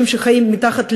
אני יזמתי מכתב,